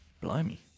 Blimey